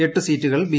എട്ട് സീറ്റുകൾ ബി